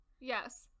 Yes